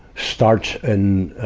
starts in,